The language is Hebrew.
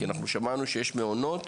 כי אנחנו שמענו שיש מעונות